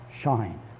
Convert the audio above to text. shine